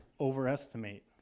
overestimate